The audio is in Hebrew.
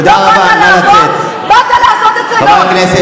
תענה עניינית.